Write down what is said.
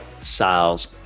Sales